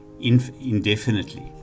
indefinitely